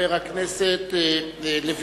חבר הכנסת לוין.